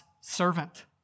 servant